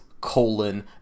Colon